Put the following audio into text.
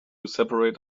separate